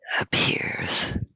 appears